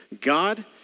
God